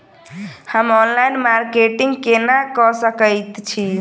हम online marketing केना कऽ सकैत छी?